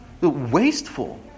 Wasteful